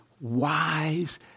wise